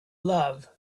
love